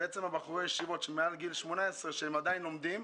בחורי ישיבות שהם מעל גיל 18 ועדיין לומדים,